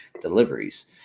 deliveries